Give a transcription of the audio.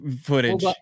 footage